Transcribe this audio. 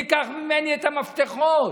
תיקח ממני את המפתחות.